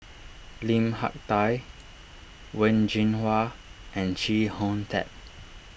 Lim Hak Tai Wen Jinhua and Chee Hong Tat